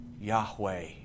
Yahweh